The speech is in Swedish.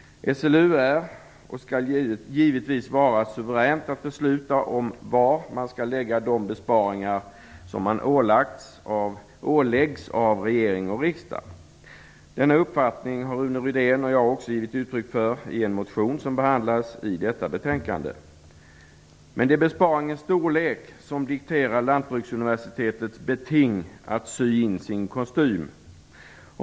SLU är och skall givetvis vara suveränt att besluta om var man skall lägga de besparingar som man åläggs av regering och riksdag. Denna uppfattning har Rune Rydén och jag också givit uttryck för i en motion som behandlas i detta betänkande. Men det är besparingens storlek som dikterar Lantbruksuniversitets beting att sy in sin kostym.